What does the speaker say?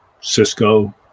Cisco